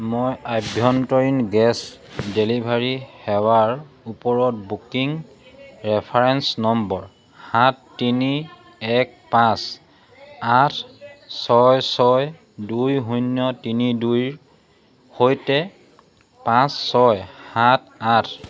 মই আভ্যন্তৰীণ gas delivery সেৱাৰ ওপৰত বুকিং ৰেফাৰেঞ্চ নম্বৰ সাত তিনি এক পাঁচ আঠ ছয় ছয় দুই শূন্য তিনি দুইৰ সৈতে পাঁচ ছয় সাত আঠ